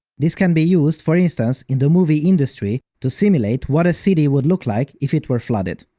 this can be used, for instance, in the movie industry to simulate what a city would look like if it were flooded.